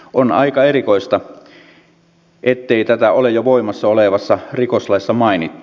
on aika erikoista ettei tätä ole jo voimassa olevassa rikoslaissa mainittu